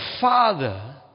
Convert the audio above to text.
father